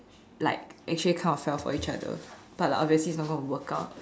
like actually kind of fell for each other but like obviously it's not gonna work out